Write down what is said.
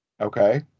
Okay